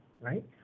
right